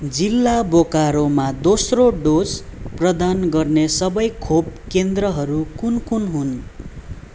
जिल्ला बोकारोमा दोस्रो डोज प्रदान गर्ने सबै खोप केन्द्रहरू कुन कुन हुन्